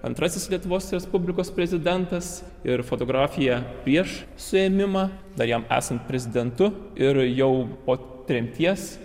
antrasis lietuvos respublikos prezidentas ir fotografija prieš suėmimą dar jam esant prezidentu ir jau po tremties